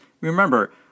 remember